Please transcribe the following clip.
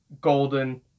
golden